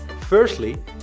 Firstly